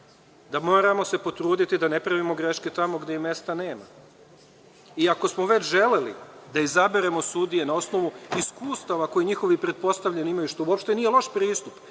moramo se potruditi da ne pravimo greške tamo gde im mesta nema. Ako smo već želeli da izaberemo sudije na osnovu iskustava koje njihovi pretpostavljeni imaju, što uopšte nije loš pristup,